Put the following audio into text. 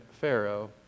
pharaoh